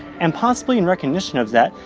and possibly in recognition of that,